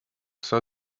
sein